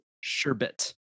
Sherbet